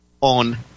on